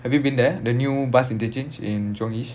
have you been there the new bus interchange in jurong east